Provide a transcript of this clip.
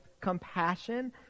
compassion